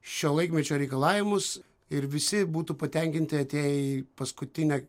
šio laikmečio reikalavimus ir visi būtų patenkinti atėję į paskutinę